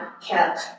kept